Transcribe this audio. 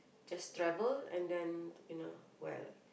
just travel and then you know well